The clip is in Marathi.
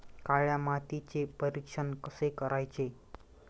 काळ्या मातीचे परीक्षण कसे करायचे?